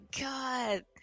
God